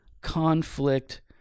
conflict-